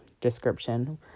description